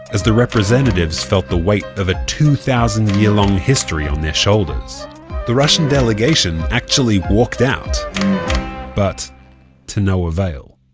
as the representatives felt the weight of a two-thousand-year-long history on their shoulders the russian delegation actually walked out but to no avail.